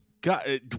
God